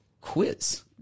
quiz